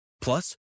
Plus